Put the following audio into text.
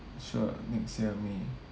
sure next year may